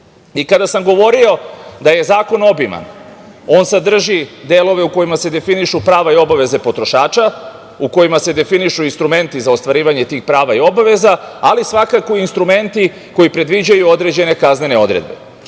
kupca. Kada sam govorio da je zakon obiman, on sadrži delove u kojima se definišu prava i obaveze potrošača, u kojima se definišu instrumenti za ostvarivanje tih prava i obaveza, ali svakako i instrumenti koji predviđaju određene kaznene odredbe. Sam